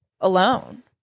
alone